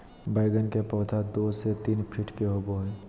बैगन के पौधा दो से तीन फीट के होबे हइ